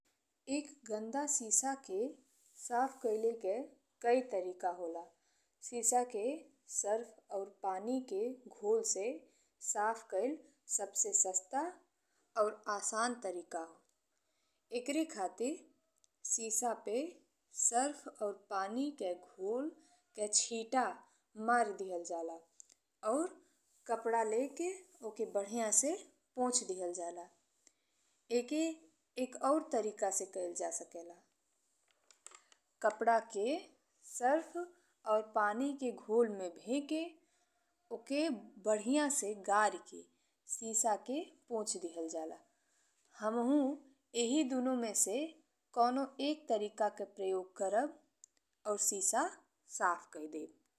एक गंदा सीसा के साफ कइले के कइ तरीका होला। सीसा के सरफ और पानी के घोल से साफ कइल सबसे सस्ता और आसान तरीका हो। एकरे खातिर सीसा पे सरफ और पानी के घोल के चिता मारी दिआल जाला और कपड़ा लेके ओके बढ़िया से पोछी दिआल जाला। ईके एक और तरीका से कइल जा सकेला। कपड़ा के सरफ और पानी के घोल में भे के ओके बढ़िया से गाड़ी के सीसा के पोछी दिआल जाला। हमहु एह दूनों में से कवनो एक तरीका के प्रयोग करब और सीसा साफ कइ देब।